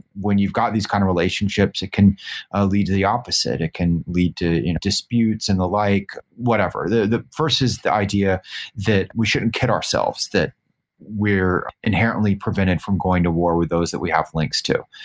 when you've got these kind of relationships that can ah lead to the opposite, it can lead to disputes and a like, whatever. the the first is the idea that we shouldn't kid ourselves, that we are inherently prevented from going to war with those that we have links to.